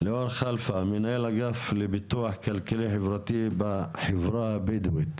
מנהל אגף לביטוח כלכלי חברתי בחברה הבדואית